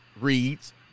reads